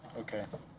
okay.